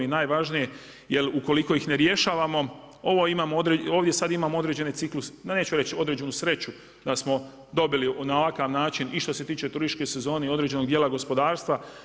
Najvažnije jer ukoliko ih ne rješavamo ovdje sada imamo određen ciklus, neću reći određenu sreću da smo dobili na ovakav način i što se tiče turističke sezone i određenog dijela gospodarstva.